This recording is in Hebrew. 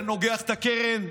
זה נוגח את הקרן,